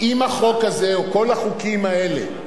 אם החוק הזה, או כל החוקים האלה,